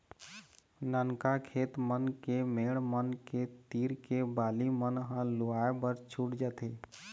ननका खेत मन के मेड़ मन के तीर के बाली मन ह लुवाए बर छूट जाथे